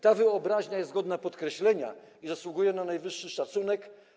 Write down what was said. Ta wyobraźnia jest godna podkreślenia i zasługuje na najwyższy szacunek.